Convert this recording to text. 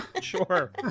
Sure